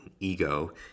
ego